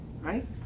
right